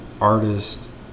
artist